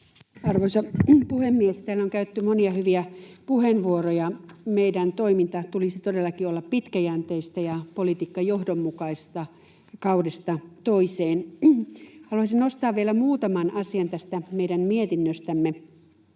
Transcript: Arvoisa puhemies! Täällä on käytetty monia hyviä puheenvuoroja. Meidän toimintamme tulisi todellakin olla pitkäjänteistä ja politiikkamme johdonmukaista kaudesta toiseen. Haluaisin nostaa vielä muutaman asian tästä meidän mietinnöstämme: